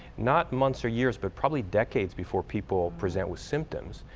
not months or years but probably decades before people present with symptoms,